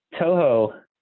Toho